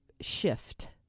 shift